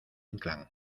inclán